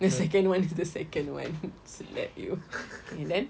the second [one] is the second [one] smack you okay then